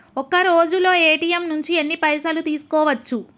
ఒక్కరోజులో ఏ.టి.ఎమ్ నుంచి ఎన్ని పైసలు తీసుకోవచ్చు?